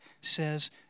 says